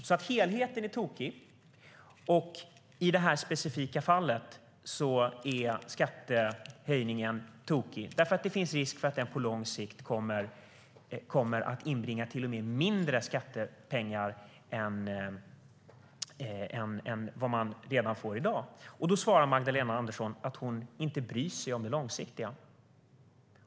Helheten är alltså tokig, och i det specifika fallet är skattehöjningen tokig. Det finns nämligen risk för att den på lång sikt kommer att göra att man till och med får mindre skattepengar än vad man får i dag. Då svarar Magdalena Andersson att hon inte bryr sig om det långsiktiga.